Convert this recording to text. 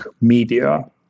media